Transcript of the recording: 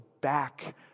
back